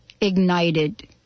ignited